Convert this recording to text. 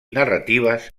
narratives